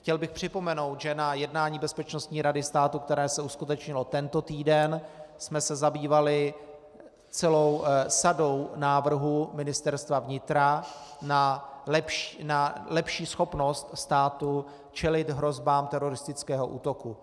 Chtěl bych připomenout, že na jednání Bezpečnostní rady státu, které se uskutečnilo tento týden, jsme se zabývali celou sadou návrhů Ministerstva vnitra na lepší schopnost státu čelit hrozbám teroristického útoku.